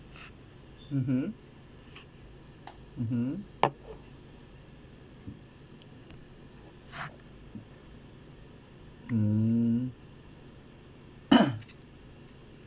mmhmm mmhmm mm